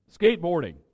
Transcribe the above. skateboarding